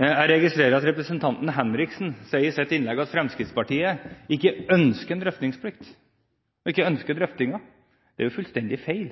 Jeg registrerer at representanten Henriksen i sitt innlegg sier at Fremskrittspartiet ikke ønsker en drøftingsplikt og ikke ønsker drøftinger. Det er jo fullstendig feil.